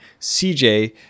CJ